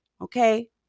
okay